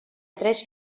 tres